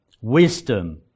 Wisdom